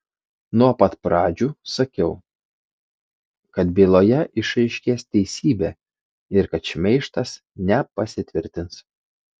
nuo pat pradžių sakiau kad byloje išaiškės teisybė ir kad šmeižtas nepasitvirtins